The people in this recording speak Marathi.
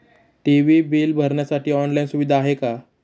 टी.वी बिल भरण्यासाठी ऑनलाईन सुविधा आहे का?